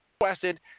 requested